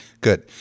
Good